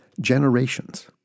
Generations